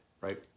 right